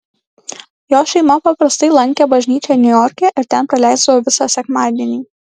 jos šeima paprastai lankė bažnyčią niujorke ir ten praleisdavo visą sekmadienį